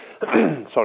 Sorry